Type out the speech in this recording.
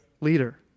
leader